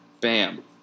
bam